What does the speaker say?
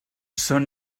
són